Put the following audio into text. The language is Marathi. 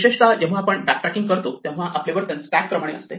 विशेषतः जेव्हा आपण बॅक ट्रॅकिंग करतो तेव्हा आपले वर्तन स्टॅक प्रमाणे असते